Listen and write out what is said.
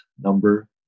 number